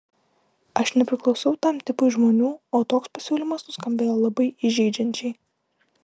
aš nepriklausau tam tipui žmonių o toks pasiūlymas nuskambėjo labai įžeidžiančiai